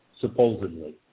supposedly